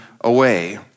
away